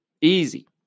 Easy